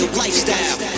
lifestyle